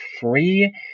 free